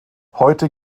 heute